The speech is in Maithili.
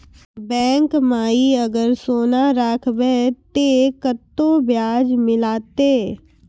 बैंक माई अगर सोना राखबै ते कतो ब्याज मिलाते?